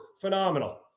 phenomenal